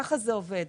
כך זה עובד.